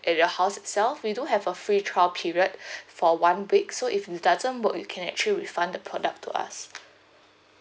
at your house itself we do have a free trial period for one week so if it doesn't work you can actually refund the product to us